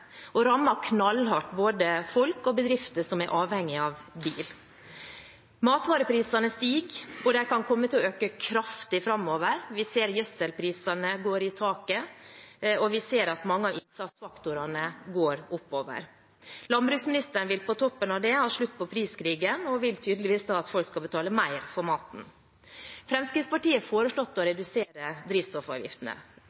knallhardt rammer både folk og bedrifter som er avhengig av bil. Matvareprisene stiger, og de kan komme til å øke kraftig framover. Vi ser at gjødselprisene går i taket, og vi ser at mange av innsatsfaktorene også går oppover. Landbruksministeren vil på toppen av det ha slutt på priskrigen og vil da tydeligvis at folk skal betale mer for maten. Fremskrittspartiet har foreslått å